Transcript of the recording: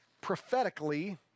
prophetically